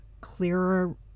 clearer